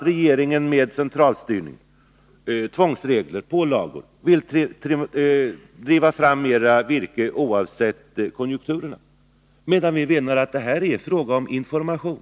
Regeringen vill med centralstyrning, tvångsregler och pålagor driva fram mera virke oavsett konjunkturerna. Vi finner att det här är en fråga om information.